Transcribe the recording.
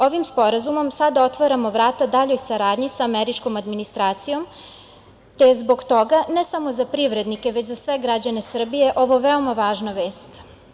Ovim Sporazumom sada otvaramo vrata daljoj saradnji sa američkom administracijom, te zbog toga ne samo za privrednike, već za sve građane Srbije ovo je veoma važna vest.